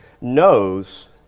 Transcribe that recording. knows